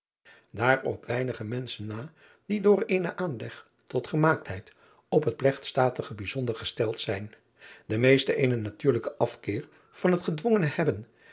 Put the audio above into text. op weinige menschen na die door eenen aanleg tot gemaaktheid op het plegtstatige bijzonder gesteld zijn de meeste eenen natuurlijken afkeer van het gedwongene hebben